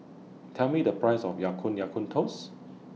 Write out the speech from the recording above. Tell Me The Price of Ya Kun Ya Kun Toast